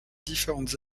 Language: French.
différentes